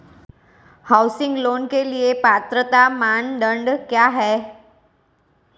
Housing loan के लिए पात्रता मानदंड क्या हैं?